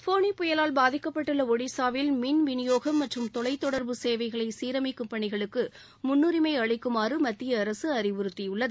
ஃபோனி புயலால் பாதிக்கப்பட்டுள்ள ஒடிசாவில் மின் விநியோகம் மற்றும் தொலைத் தொடர்பு சேவைகளை சீரமைக்கும் பணிகளுக்கு முன்னுரிமை அளிக்குமாறு மத்திய அரசு அறிவுறுத்தியுள்ளது